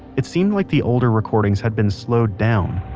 it seemed like the older recordings had been slowed down,